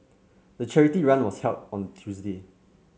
the charity run was held on Tuesday